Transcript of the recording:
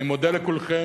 אני מודה לכולכם.